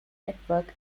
network